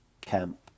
camp